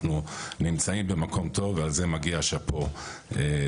אנחנו נמצאים במקום טוב ועל זה מגיע שאפו לאסנת,